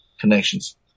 connections